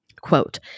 Quote